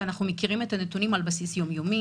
אנחנו מכירים את הנתונים על בסיס יומיומי.